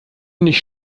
nicht